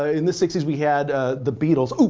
ah in the sixty s we had ah the beatles. ooh.